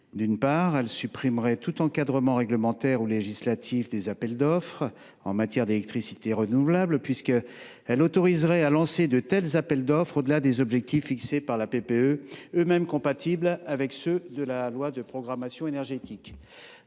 D’une part, il supprimerait tout encadrement réglementaire ou législatif des appels d’offres en matière d’électricité renouvelable, puisqu’il autoriserait à les lancer au delà des objectifs fixés par la PPE, eux mêmes compatibles avec ceux de la loi de programmation énergétique.